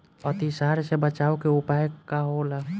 अतिसार से बचाव के उपाय का होला?